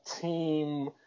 team